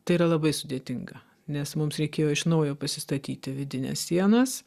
tai yra labai sudėtinga nes mums reikėjo iš naujo pasistatyti vidines sienas